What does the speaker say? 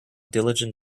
diligent